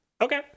Okay